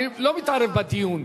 אני לא מתערב בדיון,